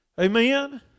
Amen